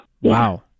Wow